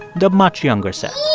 the much younger set